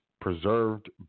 preserved